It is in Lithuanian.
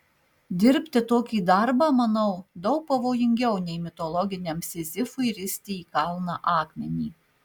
dirbti tokį darbą manau daug pavojingiau nei mitologiniam sizifui risti į kalną akmenį